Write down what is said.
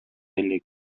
элек